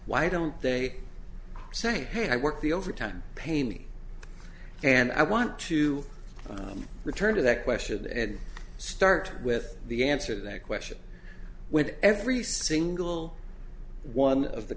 why don't they say hey i work the overtime pay me and i want to return to that question and start with the answer that question with every single one of the